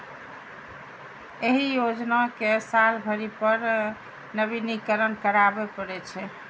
एहि योजना कें साल भरि पर नवीनीकरण कराबै पड़ै छै